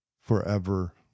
forever